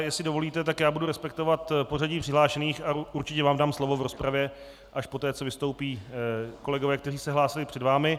Jestli dovolíte, budu respektovat pořadí přihlášených a určitě vám dám slovo v rozpravě, poté co vystoupí kolegové, kteří se hlásili před vámi.